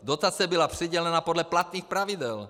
Dotace byla přidělena podle platných pravidel.